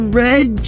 red